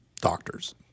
doctors